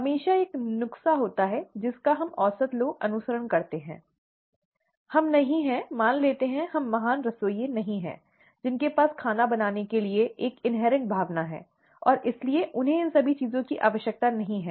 हमेशा एक नुस्खा होता है जिसका हम औसत लोग अनुसरण करते हैं हम नहीं हैं मान लेते हैं कि हम महान रसोइये नहीं हैं जिनके पास खाना बनाने के लिए एक अंतर्निहित भावना है और इसलिए उन्हें इन सभी चीजों की आवश्यकता नहीं है